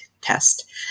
test